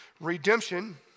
Redemption